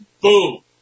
boom